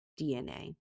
DNA